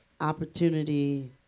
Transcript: opportunity